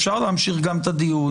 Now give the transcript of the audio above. אפשר להמשיך את הדיון,